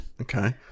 Okay